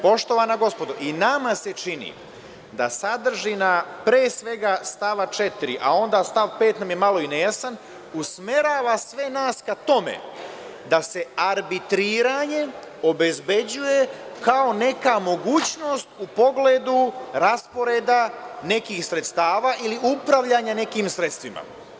Poštovana gospodo, i nama se čini da sadržina pre svega stava 4, a onda stav 5. nam je malo nejasan, usmerava sve nas ka tome da se arbitriranjem obezbeđuje kao neka mogućnost u pogledu rasporeda nekih sredstava ili upravljanja nekim sredstvima.